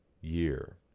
year